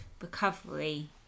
recovery